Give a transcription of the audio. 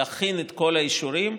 להכין את כל האישורים,